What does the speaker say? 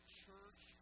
church